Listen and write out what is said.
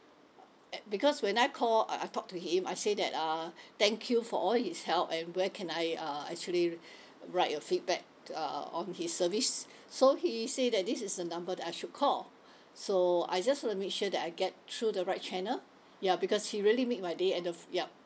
at because when I called uh I talked to him I said that uh thank you for all his help and where can I uh actually write a feedback uh on his service so he said that this is the number that I should call so I just want to make sure that I get through the right channel ya because he really made my day and the yup